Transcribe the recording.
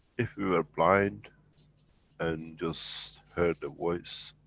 if we were blind and just heard the voice.